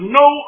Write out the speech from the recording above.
no